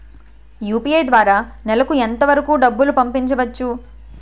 UPI ద్వారా నెలకు ఎంత వరకూ డబ్బులు పంపించవచ్చు?